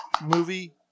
movie